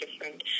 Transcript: different